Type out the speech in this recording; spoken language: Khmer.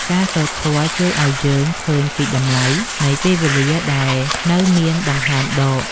ការសូត្រធម៌ជួយឱ្យយើងឃើញពីតម្លៃនៃពេលវេលាដែលនៅមានដង្ហើមដក។